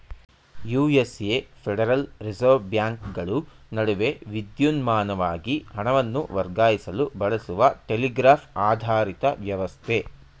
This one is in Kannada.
ಯು.ಎಸ್.ಎ ಫೆಡರಲ್ ರಿವರ್ಸ್ ಬ್ಯಾಂಕ್ಗಳು ನಡುವೆ ವಿದ್ಯುನ್ಮಾನವಾಗಿ ಹಣವನ್ನು ವರ್ಗಾಯಿಸಲು ಬಳಸುವ ಟೆಲಿಗ್ರಾಫ್ ಆಧಾರಿತ ವ್ಯವಸ್ಥೆ